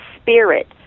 spirit